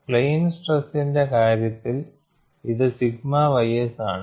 plain സ്ട്രെസിന്റെ കാര്യത്തിൽ ഇത് സിഗ്മ ys ആണ്